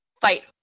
fight